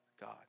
God